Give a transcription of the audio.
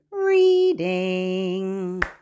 reading